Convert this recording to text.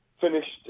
finished